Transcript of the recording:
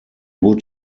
would